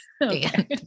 Okay